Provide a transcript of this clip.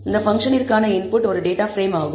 இந்த பங்க்ஷனிற்கான இன்புட் ஒரு டேட்டா பிரேம் ஆகும்